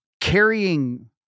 carrying